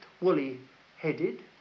woolly-headed